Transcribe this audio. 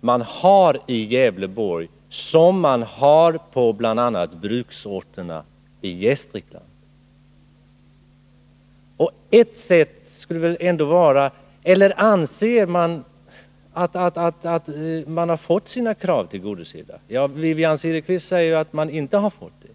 finns i Gävleborgs län och bl.a. i bruksorterna i Gästrikland. Eller anser ni att ni har fått era krav tillgodosedda? Wivi-Anne Cederqvist säger ju att ni inte har fått det.